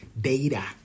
data